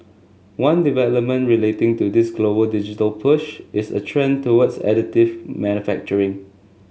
one development relating to this global digital push is a trend towards additive manufacturing